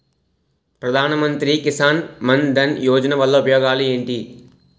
ప్రధాన మంత్రి కిసాన్ మన్ ధన్ యోజన వల్ల ఉపయోగాలు ఏంటి?